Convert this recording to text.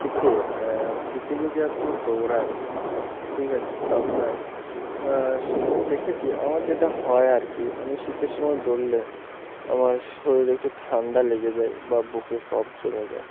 শীতে শীতে যদি আপনি দৌড়ান ঠিক আছে তো আপনার আমি দেখেছি আমার যেটা হয় আর কি আমি শীতের সময় দৌড়ালে আমার শরীরে একটু ঠান্ডা লেগে যায় বা বুকে কফ জমে যায়